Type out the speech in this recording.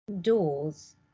doors